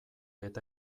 eta